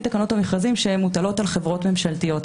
תקנות המכרזים שמוטלות על חברות ממשלתיות.